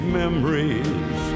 memories